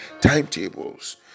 timetables